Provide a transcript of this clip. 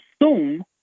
assume